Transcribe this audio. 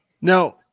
Now